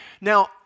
Now